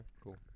cool